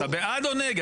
אתה בעד או נגד?